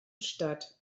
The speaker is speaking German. statt